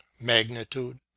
magnitude